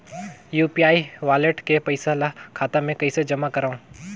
UPI wallet के पईसा ल खाता मे कइसे जमा करव?